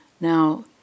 now